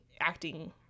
acting